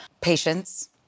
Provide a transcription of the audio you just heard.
patience